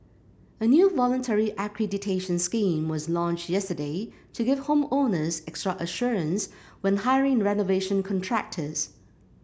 a new voluntary accreditation scheme was launched yesterday to give home owners extra assurance when hiring renovation contractors